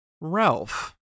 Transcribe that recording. Ralph